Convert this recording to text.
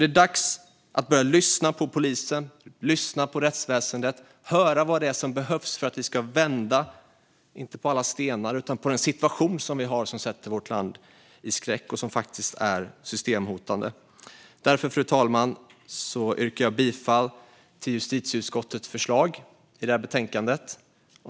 Det är dags att börja lyssna på polisen och rättsväsendet och höra vad det är som behövs för att vi ska vända inte på alla stenar utan på den situation som vi har, som sätter skräck i vårt land och som faktiskt är systemhotande. Därför, fru talman, yrkar jag bifall till justitieutskottets förslag i detta betänkande.